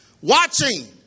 watching